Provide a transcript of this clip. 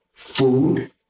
food